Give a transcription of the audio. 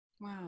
Wow